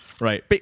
Right